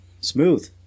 smooth